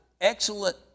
excellent